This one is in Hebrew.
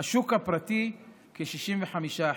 השוק הפרטי, כ-65%.